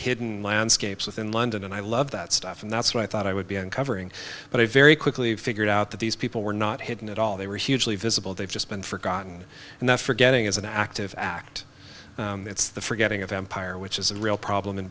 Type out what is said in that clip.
hidden landscapes within london and i love that stuff and that's why i thought i would be uncovering but i very quickly figured out that these people were not hidden at all they were hugely visible they've just been forgotten and that forgetting is an active act it's the forgetting of empire which is a real problem in